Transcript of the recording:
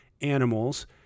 animals